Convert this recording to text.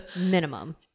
Minimum